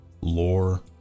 lore